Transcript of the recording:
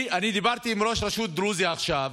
אני דיברתי עם ראש רשות דרוזי עכשיו,